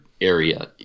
area